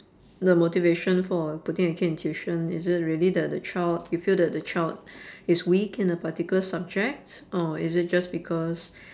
the motivation for putting the kid in tuition is it really that the child you feel that the child is weak in a particular subject or is it just because